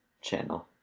channel